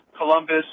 Columbus